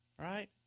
right